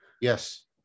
Yes